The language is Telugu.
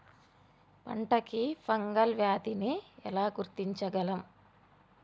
పంట కి ఫంగల్ వ్యాధి ని ఎలా గుర్తించగలం?